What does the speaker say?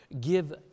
give